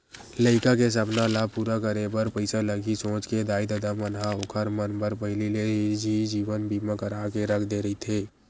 लइका के सपना ल पूरा करे बर पइसा लगही सोच के दाई ददा मन ह ओखर मन बर पहिली ले ही जीवन बीमा करा के रख दे रहिथे